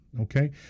okay